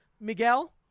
miguel